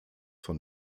von